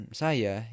saya